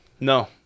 no